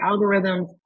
algorithms